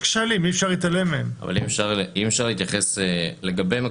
החריגים, רשות ההגירה והאוכלוסין, יתייחסו לזה.